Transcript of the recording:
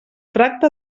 tracte